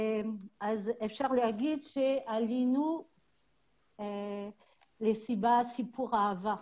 אפשר לומר שעלינו בגלל סיפור אהבה,